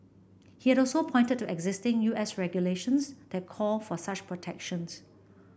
it had also pointed to existing U S regulations that call for such protections